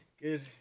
Good